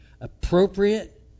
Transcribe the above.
Appropriate